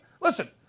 listen